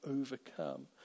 overcome